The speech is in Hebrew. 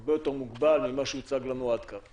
והרבה יותר מוגבל ממה שהוצג לנו עד כה.